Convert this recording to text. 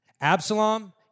Absalom